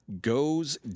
goes